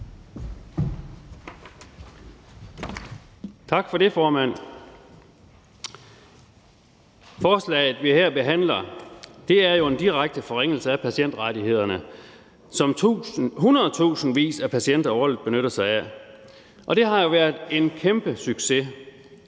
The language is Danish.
Tak for det, formand. Forslaget, vi her behandler, er jo en direkte forringelse af patientrettighederne, som hundredtusindvis af patienter årligt benytter sig af, og det har jo været en kæmpesucces.